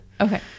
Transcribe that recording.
Okay